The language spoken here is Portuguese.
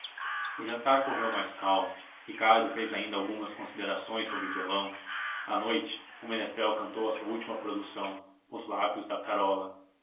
o jantar correu mais calmo ricardo fez ainda algumas considerações sobre o violão à noite o menestrel cantou a sua última produção os lábios da carola